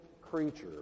creature